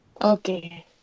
Okay